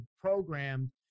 programmed